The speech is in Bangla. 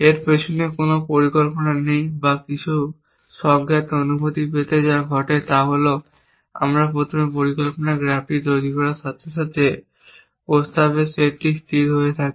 এর পিছনে কোন পরিকল্পনা নেই বা কিছু স্বজ্ঞাত অনুভূতি পেতে যা ঘটে তা হল যে আমরা প্রথমে পরিকল্পনার গ্রাফটি তৈরি করার সাথে সাথে প্রস্তাবের সেটটি স্থির হয়ে যায়